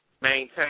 maintain